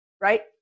right